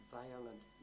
violent